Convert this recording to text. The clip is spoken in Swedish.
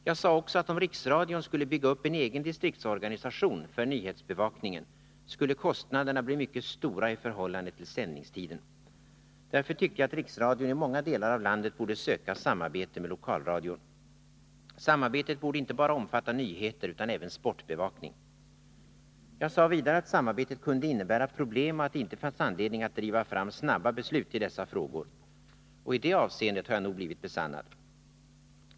Jag framhöll även att om riksradion skulle bygga upp en egen distriktsorganisation för nyhetsbevakningen, skulle kostnaderna bli mycket stora i förhållande till sändningstiden. Därför tyckte jag att riksradion i många delar av landet borde söka samarbete med lokalradion. Samarbetet borde inte bara omfatta nyheter utan även sportbevakning. Jag sade vidare att samarbetet kunde innebära problem och att det inte fanns anledning att driva fram snabba beslut i dessa frågor. Och i det avseendet har jag nog blivit besannad.